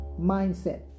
mindset